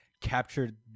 captured